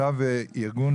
יו"ר